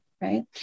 Right